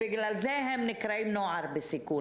בגלל זה הם נקראים נוער בסיכון,